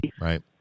Right